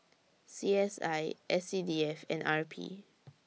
C S I S C D F and R P